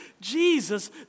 Jesus